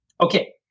Okay